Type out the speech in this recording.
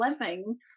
living